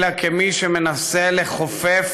אלא כמי שמנסה לכופף,